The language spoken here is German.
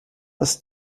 ist